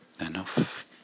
enough